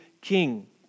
king